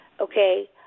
okay